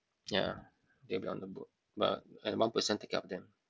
ya they'll be on the boat but at one person take care of them